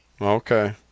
okay